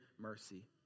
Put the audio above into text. mercy